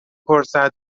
پرسد